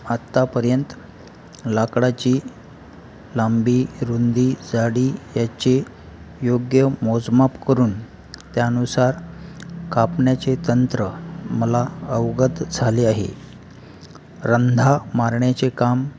आत्तापर्यंत लाकडाची लांबी रुंदी जाडी याचे योग्य मोजमाप करून त्यानुसार कापण्याचे तंत्र मला अवगत झाले आहे रंधा मारण्याचे काम